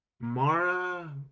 Mara